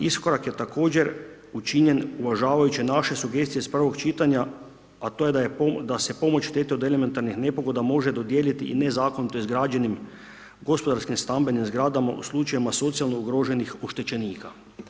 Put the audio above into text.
Iskorak je također učinjen uvažavajući naše sugestije iz prvog čitanja, a to je da se pomoć štete od elementarnih nepogoda može dodijelit i nezakonito izgrađenim gospodarskim, stambenim zgrada u slučajevima socijalno ugroženih oštećenika.